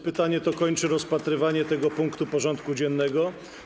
Pytanie to kończy rozpatrywanie tego punktu porządku dziennego.